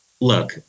look